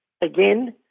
again